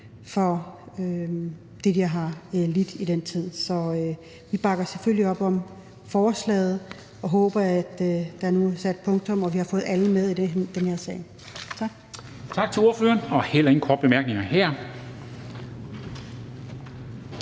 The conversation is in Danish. for det, de har lidt i den tid, så vi bakker selvfølgelig op om forslaget og håber, at der nu er sat punktum, og at vi har fået alle med i den her sag. Tak. Kl. 11:59 Formanden (Henrik Dam Kristensen):